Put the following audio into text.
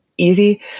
Easy